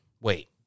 wait